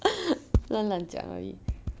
乱乱讲而已